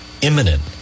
imminent